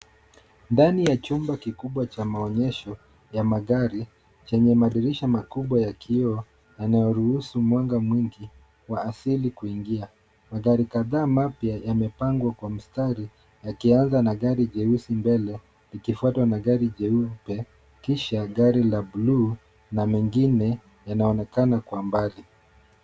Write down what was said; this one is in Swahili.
Ndani ya chumba kikubwa cha maonyesho ya magari chenye madirisha makubwa ya kioo yanayoruhusu mwanga mwingi wa asili kuingia. Magari kadhaa mapya yamepangwa kwa mstari yakianza na gari jeusi mbele, ikifuatwa na gari jeupe, kisha gari la buluu na mengine yanaonekana kwa mbali.